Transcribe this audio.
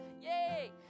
Yay